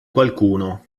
qualcuno